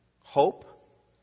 hope